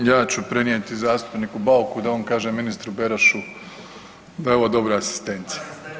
Evo, ja ću prenijeti zastupniku Bauku da on kaže ministru Berošu da je ovo dobra asistencija.